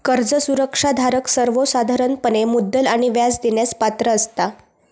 कर्ज सुरक्षा धारक सर्वोसाधारणपणे मुद्दल आणि व्याज देण्यास पात्र असता